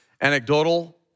anecdotal